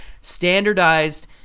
standardized